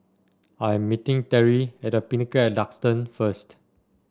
I am meeting Terrie at The Pinnacle at Duxton first